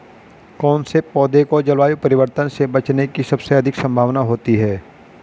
कौन से पौधे को जलवायु परिवर्तन से बचने की सबसे अधिक संभावना होती है?